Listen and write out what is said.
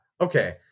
Okay